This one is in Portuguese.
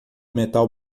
metal